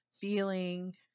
feeling